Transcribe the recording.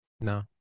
No